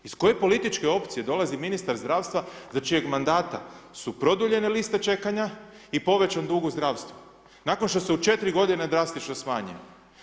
Iz koje političke opcije dolazi ministar zdravstva, za čijeg mandata su produljene liste čekanje i povećan dug u zdravstvu, nakon što se u 4 g. drastično smanjene?